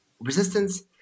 resistance